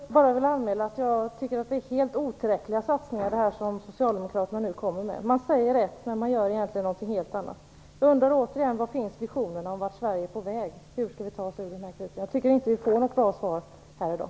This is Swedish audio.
Fru talman! Jag vill bara anmäla att jag tycker att det är helt otillräckliga satsningar som socialdemokraterna nu kommer med. Man säger ett, men man gör egentligen någonting helt annat. Jag undrar återigen: Var finns visionerna om vart Sverige är på väg? Hur skall vi ta oss ur den här krisen? Jag tycker inte att vi får något bra svar här i dag.